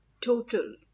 total